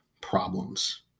problems